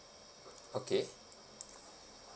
okay